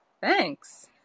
Thanks